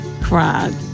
cried